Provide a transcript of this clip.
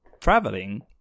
traveling